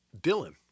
Dylan